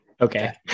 okay